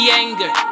anger